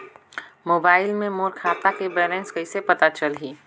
Mobile मे मोर खाता के बैलेंस कइसे पता चलही?